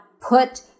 put